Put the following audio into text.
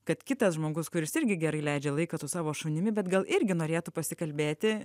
kad kitas žmogus kuris irgi gerai leidžia laiką su savo šunimi bet gal irgi norėtų pasikalbėti